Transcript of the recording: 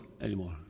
anymore